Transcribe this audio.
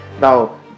now